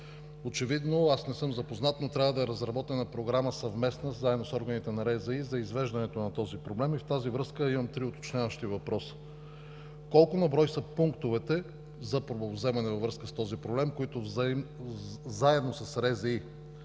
Очевидно аз не съм запознат, но трябва да е разработена съвместна програма, заедно с органите на РЗИ, за извеждането на този проблем и в тази връзка имам три уточняващи въпроса. Колко на брой са пунктовете във връзка с този проблем, които заедно с РЗИ